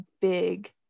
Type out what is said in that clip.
big